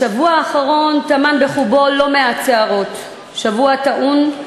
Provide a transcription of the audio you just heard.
השבוע האחרון טמן בחובו לא מעט סערות, שבוע טעון,